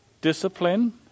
Discipline